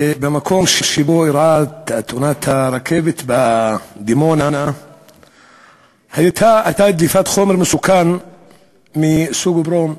במקום שבו אירעה תאונת הרכבת בדימונה הייתה דליפת חומר מסוכן מסוג ברום,